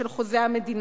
של חוזה המדינה.